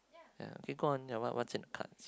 ya go on then then what's in the card